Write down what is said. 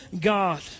God